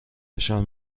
فشار